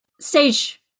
stage